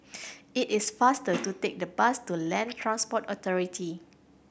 it is faster to take the bus to Land Transport Authority